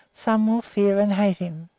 some will fear and hate him.